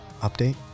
Update